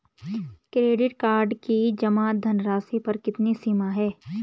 Credit card की जमा धनराशि पर कितनी सीमा है?